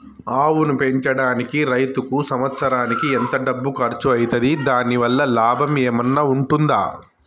ఆవును పెంచడానికి రైతుకు సంవత్సరానికి ఎంత డబ్బు ఖర్చు అయితది? దాని వల్ల లాభం ఏమన్నా ఉంటుందా?